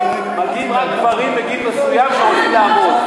מגיעים רק גברים בגיל מסוים והולכים לעבוד.